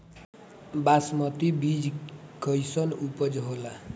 बासमती बीज कईसन उपज होला?